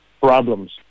problems